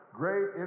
great